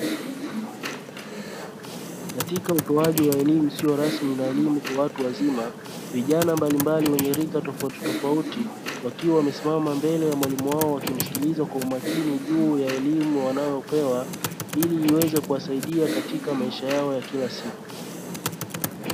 Katika utoaji wa elimu isiyo rasmi na elimu ya watu wazima, vijana mbalimbali wenye rika tofauti tofauti wakiwa wamesimama mbele ya mwalimu wao walimsikiliza kwa makini juu ya elimu wanayopewa, ili iweze kuwasaida katika maisha yao ya kila siku.